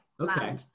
Okay